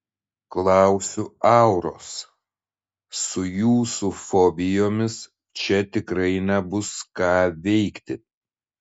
klausiu auros su jūsų fobijomis čia tikrai nebus ką veikti